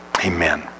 amen